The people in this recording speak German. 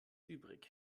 übrig